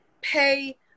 pay